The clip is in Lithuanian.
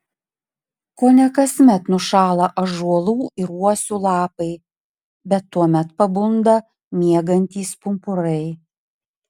kone kasmet nušąla ąžuolų ir uosių lapai bet tuomet pabunda miegantys pumpurai